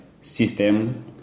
system